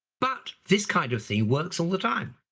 but this kind of thing works all the time.